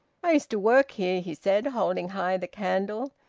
i used to work here, he said, holding high the candle.